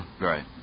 right